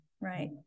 Right